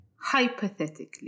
Hypothetically